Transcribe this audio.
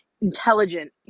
intelligent